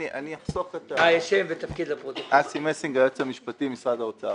אני יועץ משפטי, משרד האוצר.